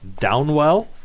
Downwell